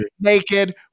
naked